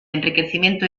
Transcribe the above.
enriquecimiento